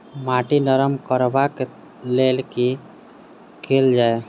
माटि नरम करबाक लेल की केल जाय?